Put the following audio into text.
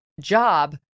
job